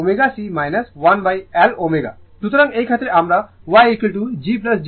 সুতরাং এই ক্ষেত্রে আমরা YG jB লিখি